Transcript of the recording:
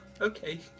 okay